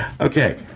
Okay